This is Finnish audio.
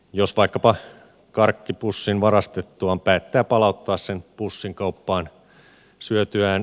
jos vaikkapa karkkipussin varastettuaan päättää palauttaa sen pussin kauppaan